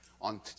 on